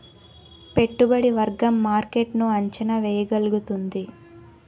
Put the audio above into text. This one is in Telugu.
పెట్టుబడి వర్గం మార్కెట్ ను అంచనా వేయగలుగుతుంది